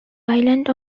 island